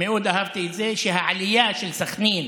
מאוד אהבתי את זה שהעלייה של סח'נין